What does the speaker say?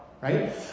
right